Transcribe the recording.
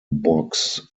box